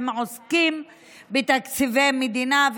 הן עוסקות בתקציבי מדינה,